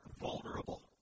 vulnerable